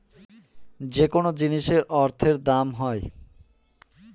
যেকোনো জিনিসের অর্থের দাম হয়